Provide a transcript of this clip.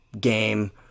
game